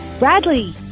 Bradley